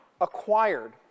acquired